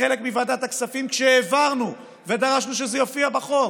חלק מוועדת הכספים כשהעברנו ודרשנו שזה יופיע בחוק,